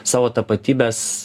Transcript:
savo tapatybės